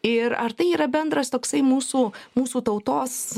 ir ar tai yra bendras toksai mūsų mūsų tautos